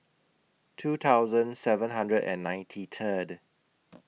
two thousand seven hundred and ninety Third